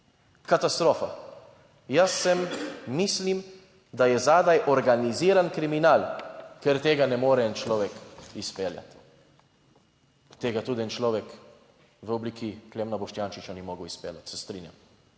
katastrofa, jaz sem, mislim, da je zadaj organiziran kriminal, ker tega ne more en človek izpeljati. Tega tudi en človek v obliki Klemna Boštjančiča ni mogel izpeljati, se strinjam,